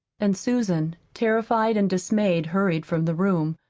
and susan, terrified and dismayed, hurried from the room.